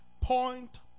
point